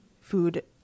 food